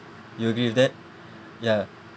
you agree with that ya